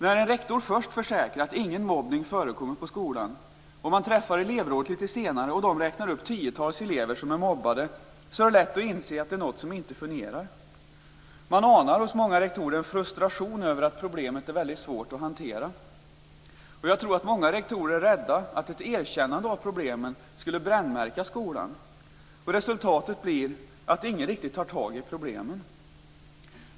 När en rektor först försäkrar att ingen mobbning förekommer på skolan och elevrådet senare räknar upp ett tiotal mobbade elever är det lätt att inse att något inte fungerar. Man anar hos många rektorer en frustration över att problemet är svårt att hantera. Många rektorer är rädda att ett erkännande av problemen skulle brännmärka skolan. Resultatet blir att ingen riktigt tar tag i problemen.